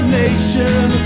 nation